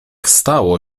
stało